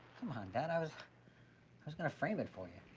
come on, dad. i was i was gonna frame it for ya.